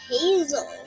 hazel